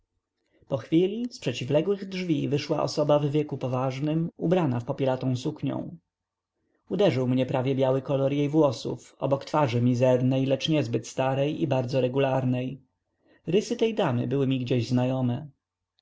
przyjechał pochwili z przeciwległych drzwi wyszła osoba w wieku poważnym ubrana w popielatą suknią uderzył mnie prawie biały kolor jej włosów obok twarzy mizernej lecz niezbyt starej i bardzo regularnej rysy tej damy były mi gdzieś znajome